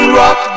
rock